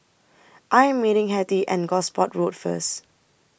I Am meeting Hetty and Gosport Road First